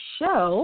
show